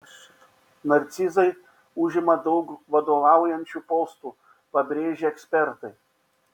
narcizai užima daug vadovaujančių postų pabrėžia ekspertai